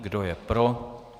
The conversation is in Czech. Kdo je pro?